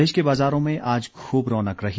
प्रदेश के बाजारों में आज खूब रौनक रही